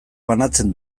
banatzen